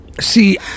see